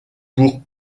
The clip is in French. pour